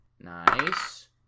Nice